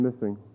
missing